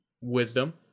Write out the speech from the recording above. wisdom